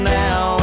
now